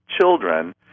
children